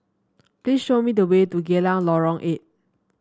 please show me the way to Geylang Lorong Eight